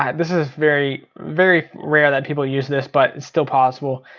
um this is very very rare that people use this, but it's still possible.